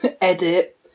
edit